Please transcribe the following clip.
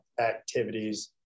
activities